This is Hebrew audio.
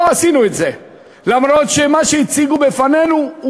לא עשינו את זה אף שמה שהציגו בפנינו היה